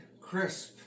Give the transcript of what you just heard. crisp